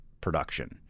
production